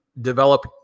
develop